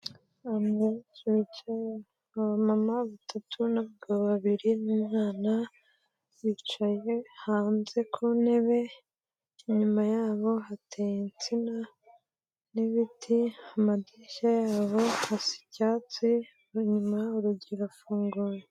Abantu bicaye, abamama batatu n'abagabo babiri n'umwana, bicaye hanze ku ntebe, inyuma yabo hateye insina n'ibiti, amadirishya yaho asa icyatsi, inyuma urugi rurafunguye.